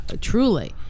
truly